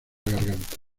garganta